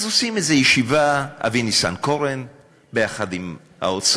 אז עושים איזו ישיבה, אבי ניסנקורן ביחד עם האוצר,